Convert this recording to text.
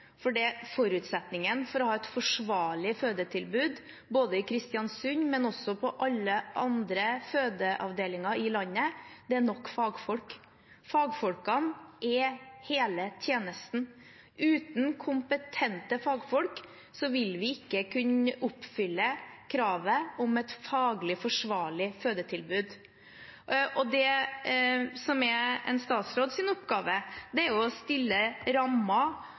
for forutsetningen for å ha et forsvarlig fødetilbud både i Kristiansund og ved alle andre fødeavdelinger i landet er nok fagfolk. Fagfolkene er hele tjenesten. Uten kompetente fagfolk vil vi ikke kunne oppfylle kravet om et faglig forsvarlig fødetilbud. Det som er en statsråds oppgave, er å stille rammer